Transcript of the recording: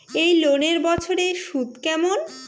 এই লোনের বছরে সুদ কেমন?